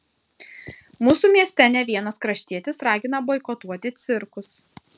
mūsų mieste ne vienas kraštietis ragina boikotuoti cirkus